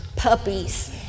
puppies